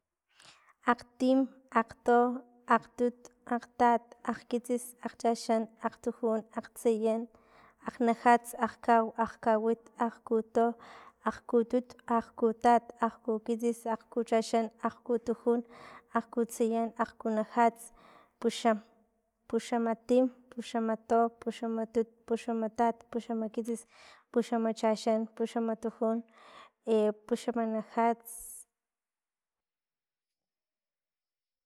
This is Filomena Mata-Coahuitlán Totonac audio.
Akgtim, akgto, akgtut, akgtat, akgkitsis, akgxaxan, aktujun, akgtsayan, akgnajats, akgkaw, akgkawit, akgkuto, akgkutut, akgkutat, akgkukitsis, akgkuchaxan, akgkutujun, akgkunajats, akgpuxam, puxamatim, puxamatu, puxamatut, puxamatat, puxamakitsis, puxamachaxan, puxamatujun, puxamatnajats.